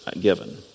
given